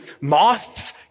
moths